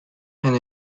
and